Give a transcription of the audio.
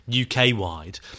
UK-wide